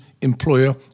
employer